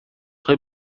خوای